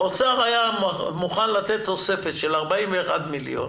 האוצר היה מוכן לתת תוספת של 41 מיליון,